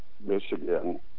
Michigan